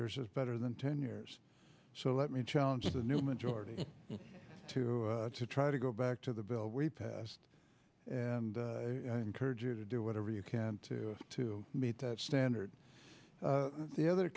years is better than ten years so let me challenge the new majority to try to go back to the bill we passed and encourage you to do whatever you can to meet that standard the other